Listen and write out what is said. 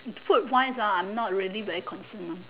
food wise ah I'm not really very concern hor